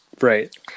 right